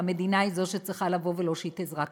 המדינה היא זו שצריכה לבוא ולהושיט עזרה כספית.